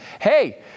hey